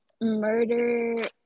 Murder